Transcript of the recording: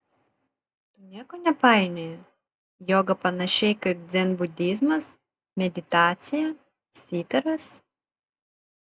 tu nieko nepainioji joga panašiai kaip dzenbudizmas meditacija sitaras